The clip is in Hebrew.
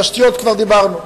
על תשתיות כבר דיברנו.